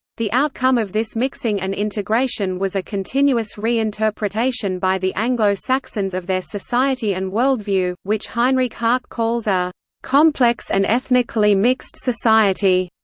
the outcome of this mixing and integration was a continuous re-interpretation by the anglo-saxons of their society and worldview, which heinreich harke calls a complex and ethnically mixed society.